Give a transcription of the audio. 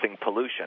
pollution